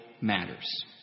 matters